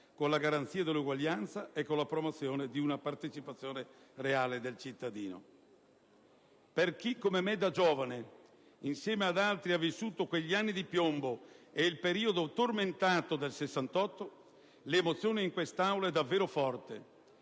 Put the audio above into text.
con la garanzia dell'uguaglianza e con la promozione di una partecipazione reale del cittadino. Per chi come me da giovane, insieme ad altri, ha vissuto gli anni di piombo e il periodo tormentato del '68, l'emozione in quest'Aula è davvero forte.